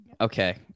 Okay